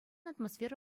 атмосфера